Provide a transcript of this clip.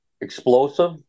explosive